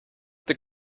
the